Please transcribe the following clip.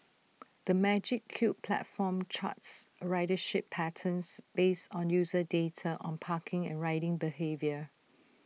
the magic Cube platform charts ridership patterns based on user data on parking and riding behaviour